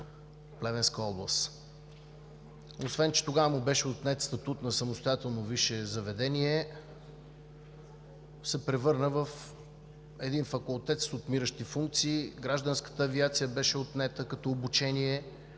Плевенска област. Освен че тогава му беше отнет статутът на самостоятелно висше заведение, се превърна в един Факултет с отмиращи функции. Гражданската авиация беше отнета като обучение